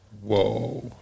Whoa